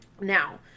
Now